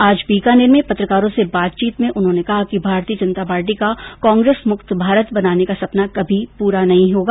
आज बीकानेर में पत्रकारों से बातचीत में कहा कि भारतीय जनता पार्टी का कांग्रेस मुक्त भारत बनाने का सपना कभी पूरा नहीं होगा